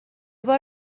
بار